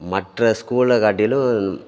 மற்ற ஸ்கூலை காட்டிலும்